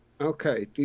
Okay